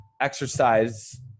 exercise